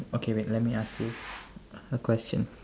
okay wait let me ask you a question